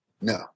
No